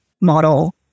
model